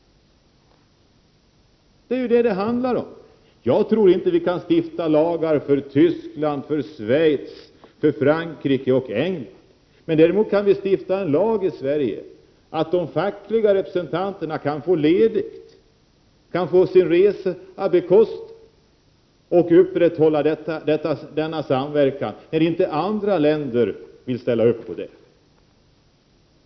Det är ju det det handlar om. Jag tror inte att vi kan stifta lagar för Tyskland, för Schweiz, för Frankrike och för England. Däremot kan vi stifta en lag i Sverige om att de fackliga representanterna skall kunna få ledighet och få sin resa bekostad för att upprätthålla denna samverkan, när inte andra länder vill ställa upp på det.